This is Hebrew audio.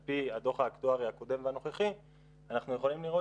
על פי הדוח האקטוארי הקודם והנוכחי אנחנו יכולים לראות